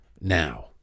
now